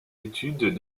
études